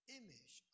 image